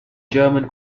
german